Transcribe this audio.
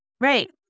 Right